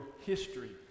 history